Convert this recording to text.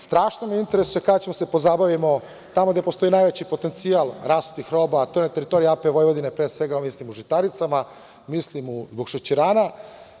Strašno me interesuje kada ćemo da se pozabavimo, tamo gde postoji najveći potencijal rasutih roba, a to je na teritoriji AP Vojvodine, pre svega mislim u žitaricama, mislim zbog šećerana.